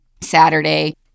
Saturday